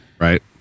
right